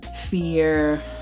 fear